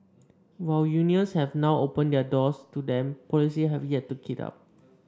while unions have now opened their doors to them policies have yet to keep up